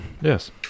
Yes